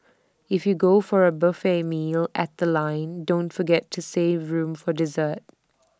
if you go for A buffet meal at The Line don't forget to save room for dessert